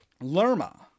Lerma